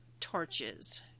torches